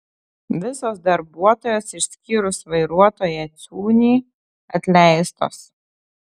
visos darbuotojos išskyrus vairuotoją ciūnį atleistos